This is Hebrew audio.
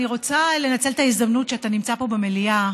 אני רוצה לנצל את ההזדמנות שאתה נמצא פה במליאה